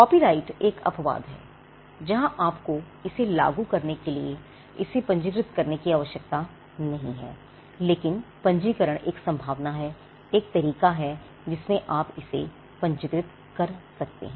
copyright एक अपवाद है जहां आपको इसे लागू करने के लिए इसे पंजीकृत करने की आवश्यकता नहीं है लेकिन पंजीकरण एक संभावना है एक तरीका है जिसमें आप इसे पंजीकृत कर सकते हैं